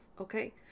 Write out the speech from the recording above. Okay